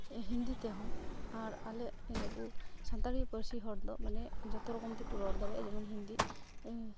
ᱦᱤᱱᱫᱤ ᱛᱮᱦᱚᱸ ᱟᱨ ᱟᱞᱮ ᱥᱟᱱᱛᱟᱲᱤ ᱯᱟᱹᱨᱥᱤ ᱦᱚᱲᱫᱚ ᱢᱟᱱᱮ ᱡᱚᱛᱚ ᱨᱚᱠᱚᱢᱛᱮᱠᱚ ᱨᱚᱲ ᱫᱟᱲᱮᱜᱼᱟ ᱡᱮᱢᱚᱱ ᱦᱤᱱᱫᱤ